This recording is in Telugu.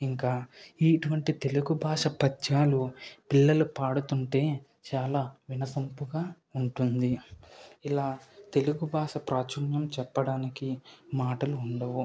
ఇంకా ఇటువంటి తెలుగు భాష పద్యాలు పిల్లలు పాడుతుంటే చాలా వినసొంపుగా ఉంటుంది ఇలా తెలుగు భాష ప్రాచుర్యం చెప్పడానికి మాటలు ఉండవు